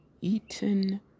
eaten